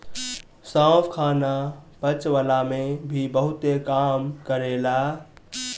सौंफ खाना पचवला में भी बहुते काम करेला